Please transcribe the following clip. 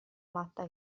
matta